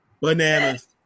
Bananas